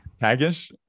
Tagish